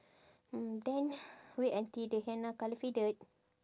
mm then wait until the henna colour faded